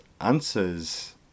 answers